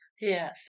Yes